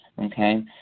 okay